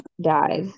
died